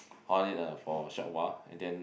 on it ah for a short while and then